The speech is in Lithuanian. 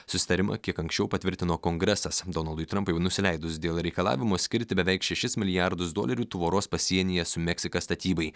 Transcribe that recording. susitarimą kiek anksčiau patvirtino kongresas donaldui trampui nusileidus dėl reikalavimo skirti beveik šešis milijardus dolerių tvoros pasienyje su meksika statybai